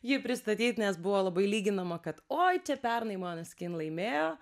jį pristatyt nes buvo labai lyginama kad oi čia pernai moneskin laimėjo